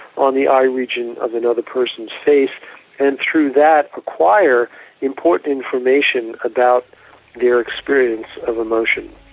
on the eye region of another person's face and through that acquire important information about their experience of emotion.